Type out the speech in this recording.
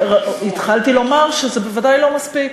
התחלתי לומר שזה בוודאי לא מספיק,